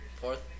fourth